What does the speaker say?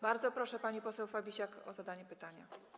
Bardzo proszę panią poseł Fabisiak o zadanie pytania.